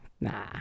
Nah